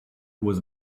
was